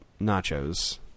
nachos